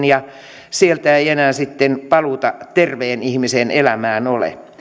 ja sieltä ei enää sitten paluuta terveen ihmisen elämään ole